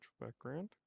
background